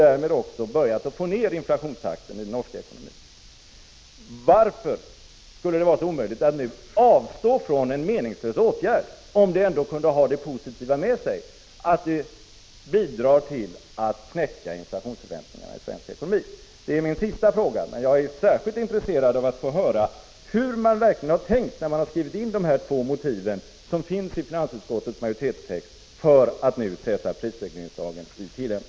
Därmed har också inflationstakten iden norska ekonomin börjat sjunka. Varför skall det vara så omöjligt för oss i Sverige att avstå från en meningslös åtgärd, om detta avståndstagande har det positiva med sig att det bidrar till att knäcka inflationsförväntningarna i svensk ekonomi? Det är min sista fråga, men jag är särskilt intresserad av att få höra hur man har tänkt när man har skrivit in de två motiven i finansutskottets majoritetstext för att sätta prisregleringslagen i tillämpning.